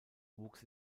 wuchs